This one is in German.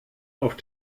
auf